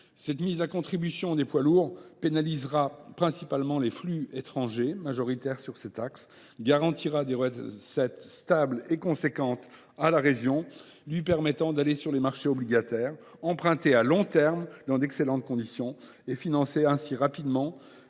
Cette mise à contribution des poids lourds pénalisera principalement les flux étrangers, majoritaires sur cet axe, garantira des recettes stables et substantielles pour la région qui lui permettront d’aller sur les marchés obligataires emprunter à long terme dans d’excellentes conditions, et financer ainsi rapidement